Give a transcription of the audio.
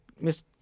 Miss